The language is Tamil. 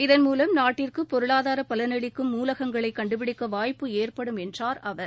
இதன் மூலம் நாட்டிற்கு பொருளாதார பலன் அளிக்கும் மூலகங்களை கண்டுபிடிக்க வாய்ப்பு ஏற்படும் என்றார் அவர்